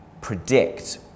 predict